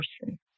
person